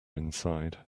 inside